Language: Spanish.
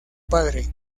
padre